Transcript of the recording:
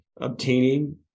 obtaining